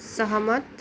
सहमत